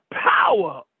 power